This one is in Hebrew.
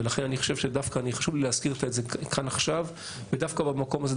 ולכן דווקא חשוב לי להזכיר את זה כאן עכשיו ודווקא במקום הזה,